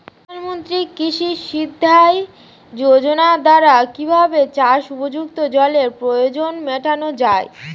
প্রধানমন্ত্রী কৃষি সিঞ্চাই যোজনার দ্বারা কিভাবে চাষ উপযুক্ত জলের প্রয়োজন মেটানো য়ায়?